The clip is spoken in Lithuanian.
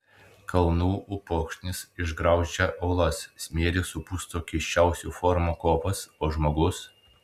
kalnų upokšnis išgraužia uolas smėlis supusto keisčiausių formų kopas o žmogus